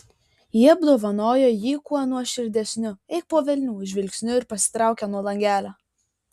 ji apdovanojo jį kuo nuoširdesniu eik po velnių žvilgsniu ir pasitraukė nuo langelio